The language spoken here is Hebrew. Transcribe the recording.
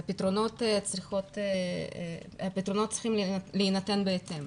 הפתרונות צריכים להינתן בהתאם.